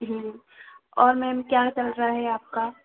और मैम क्या चल रहा है आपका